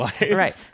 Right